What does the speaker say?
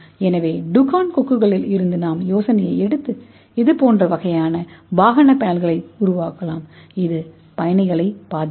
எனவே டூகான் கொக்குகளிலிருந்து நாம் யோசனையை எடுத்து இதுபோன்ற வகையான வாகன பேனல்களை உருவாக்கலாம் இது பயணிகளைப் பாதுகாக்கும்